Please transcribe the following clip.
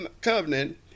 covenant